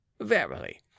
Verily